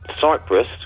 Cyprus